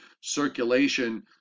circulation